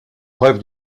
preuve